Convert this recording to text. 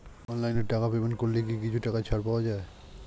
অনলাইনে টাকা পেমেন্ট করলে কি কিছু টাকা ছাড় পাওয়া যায়?